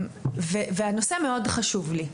והנושא מאוד חשוב לי.